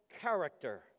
character